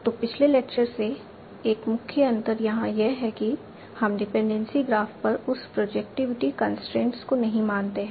तो पिछले लेक्चर से एक मुख्य अंतर यहां यह है कि हम डिपेंडेंसी ग्राफ पर उस प्रोजेक्टिविटी कंस्ट्रेंट को नहीं मानते हैं